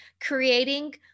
creating